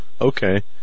Okay